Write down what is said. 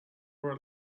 were